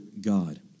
God